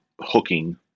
hooking